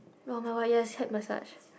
[oh]-my-god yes head massage